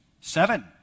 Seven